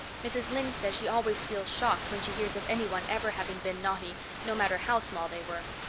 mrs. lynde says she always feels shocked when she hears of anyone ever having been naughty, no matter how small they were.